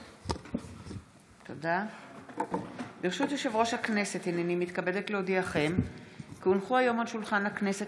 שעה 16:00 תוכן העניינים מסמכים שהונחו על שולחן הכנסת